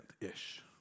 ish